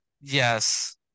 Yes